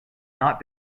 not